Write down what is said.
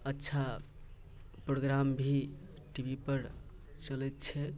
अच्छा प्रोग्राम भी T V पर चलैत छै